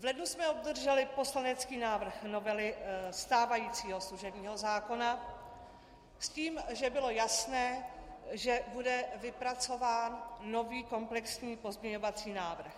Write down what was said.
V lednu jsme obdrželi poslanecký návrh novely stávajícího služebního zákona, s tím, že bylo jasné, že bude vypracován nový komplexní pozměňovací návrh.